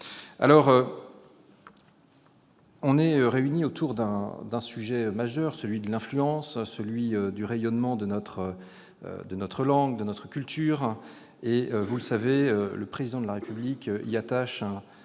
Nous sommes réunis autour d'un sujet majeur, celui de l'influence, du rayonnement de notre langue et de notre culture, auquel, vous le savez, le Président de la République attache un